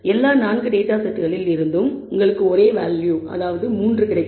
எல்லா 4 டேட்டா செட்களில் இருந்தும் உங்களுக்கு ஒரே வேல்யூ 3 கிடைக்கும்